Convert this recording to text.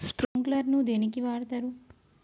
Sprinkler ను దేనికి వాడుతరు?